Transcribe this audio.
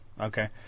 okay